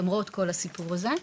למרות כל הסיפור הזה.